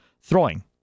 throwing